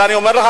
אני אומר לך,